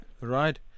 Right